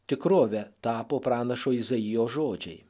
tikrove tapo pranašo izaijo žodžiai